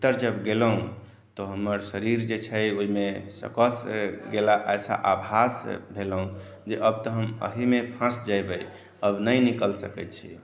भीतर जब गेलहूँ तऽ हमर शरीर जे ओहिमे फँसि गेलाह एहन आभास भेलहूँ जे अब तऽ हम एहिमे फँसि जेबै अब नहि निकलि सकैत छी